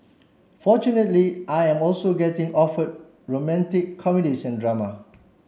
fortunately I am also getting offer romantic comedies and drama